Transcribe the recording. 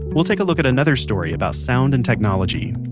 we'll take a look at another story about sound and technology.